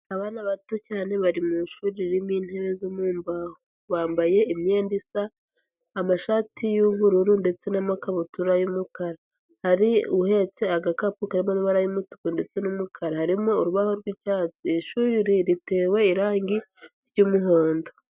Abana bato cyane bari mu ishuri ririmo intebe zo mu mbaho, bambaye imyenda isa amashati y'ubururu ndetse n'amakabutura y'umukara, hari uhetse agakapu karimo amabara y'umutuku ndetse n'umukara, harimo urubaho rw'icyatsi, iri shuri ritewe irangi ry'umuhondo.